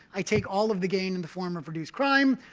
i take all of the gain in the form of reduced crime.